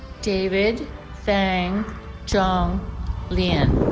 david thang cung lian